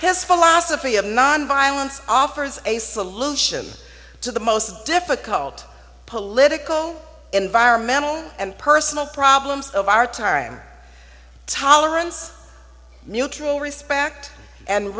his philosophy of nonviolence offers a solution to the most difficult political environmental and personal problems of our time tolerance neutral respect and